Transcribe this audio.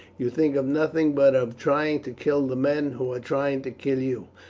you think of nothing but of trying to kill the men who are trying to kill you.